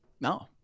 no